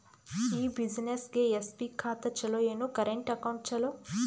ಈ ಬ್ಯುಸಿನೆಸ್ಗೆ ಎಸ್.ಬಿ ಖಾತ ಚಲೋ ಏನು, ಕರೆಂಟ್ ಅಕೌಂಟ್ ಚಲೋ?